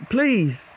Please